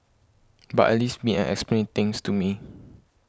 but at least meet and explain things to me